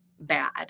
bad